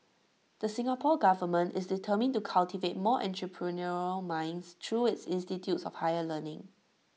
the Singapore Government is determined to cultivate more entrepreneurial minds through its institutes of higher learning